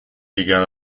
began